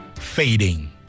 Fading